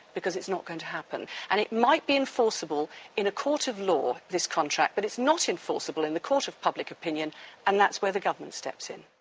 because it's not going to happen. and it might be enforceable in a court of law, this contract, but it's not enforceable in the court of public opinion and that's where the government steps in.